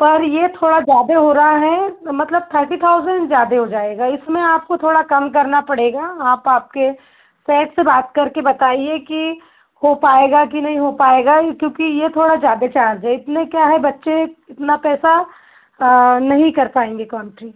पर ये थोड़ा ज्यादे हो रहा है मतलब थर्टी थाउजेंड ज्यादे हो जाएगा इसमें आपको थोड़ा कम करना पड़ेगा आप आपके सर से बात कर के बताइये कि हो पाएगा कि नहीं हो पाएगा क्योंकि ये थोड़ा ज्यादे चार्ज है इसमें क्या है बच्चे उतना पैसा नहीं कर पाएंगे कॉन्ट्री